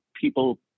people